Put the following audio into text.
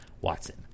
Watson